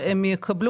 אז הם יקבלו,